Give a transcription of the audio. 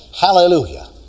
Hallelujah